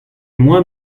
moins